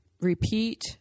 repeat